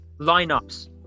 lineups